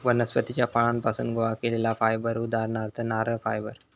वनस्पतीच्या फळांपासुन गोळा केलेला फायबर उदाहरणार्थ नारळ फायबर